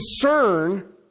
concern